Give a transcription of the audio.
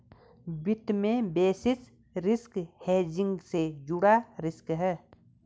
वित्त में basis risk hedging से जुड़ा रिस्क है